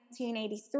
1983